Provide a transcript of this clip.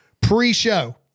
pre-show